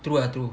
true lah true